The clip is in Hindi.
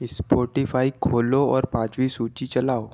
इस्पॉटिफ़ाई खोलो और पाँचवी सूचि चलाओ